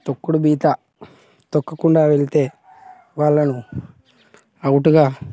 తొక్కుడు బిళ్ళ తొక్కకుండా వెళితే వాళ్ళను ఔటుగా